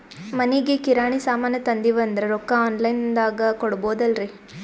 ಮನಿಗಿ ಕಿರಾಣಿ ಸಾಮಾನ ತಂದಿವಂದ್ರ ರೊಕ್ಕ ಆನ್ ಲೈನ್ ದಾಗ ಕೊಡ್ಬೋದಲ್ರಿ?